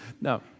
No